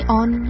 on